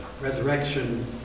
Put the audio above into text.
resurrection